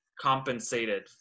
compensated